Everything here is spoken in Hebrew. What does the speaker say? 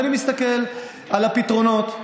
ואני מסתכל על הפתרונות.